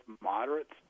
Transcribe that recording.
moderates